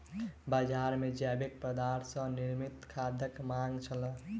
बजार मे जैविक पदार्थ सॅ निर्मित खादक मांग छल